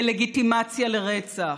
בלגיטימציה לרצח?